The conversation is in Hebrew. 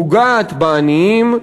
פוגעת בעניים,